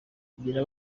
kugira